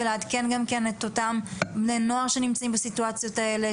ולעדכן גם כן את אותם בני נוער שנמצאים בסיטואציות האלה,